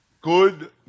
Good